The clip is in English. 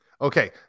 Okay